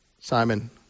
Simon